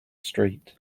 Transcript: street